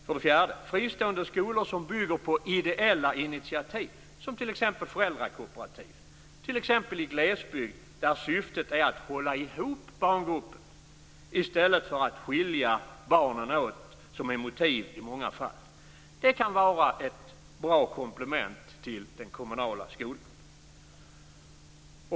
För det fjärde kan fristående skolor som bygger på ideella initiativ - t.ex. föräldrakooperativ i glesbygd där syftet är att hålla ihop barngruppen i stället för att skilja barnen åt, som är motivet i många fall - vara ett bra komplement till den kommunala skolan.